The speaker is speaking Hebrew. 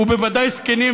ובוודאי זקנים,